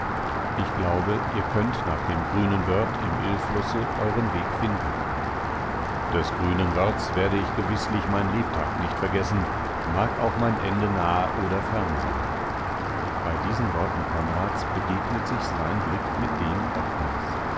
ich glaube ihr könnt nach dem grünen wörth im illflusse euren weg finden des grünen wörths werde ich gewißlich mein lebtag nicht vergessen mag auch mein ende nah oder fern sein bei diesen worten konrads begegnet sich sein blick mit dem ottmars